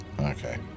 Okay